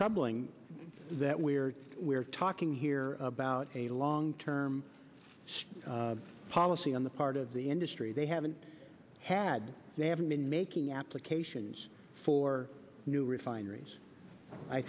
troubling that we're we're talking here about a long term policy on the part of the industry they haven't had they haven't been making applications for new refineries i